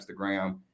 Instagram